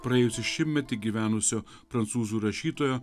praėjusį šimtmetį gyvenusio prancūzų rašytojo